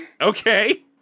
Okay